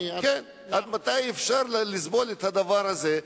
כן, עד מתי אפשר לסבול את הדבר הזה?